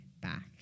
back